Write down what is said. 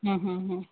ಹಾಂ ಹಾಂ ಹಾಂ